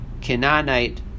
Canaanite